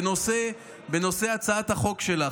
בנושא הצעת החוק שלך,